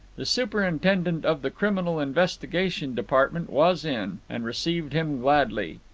the superintendent of the criminal investigation department was in, and received him gladly.